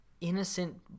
innocent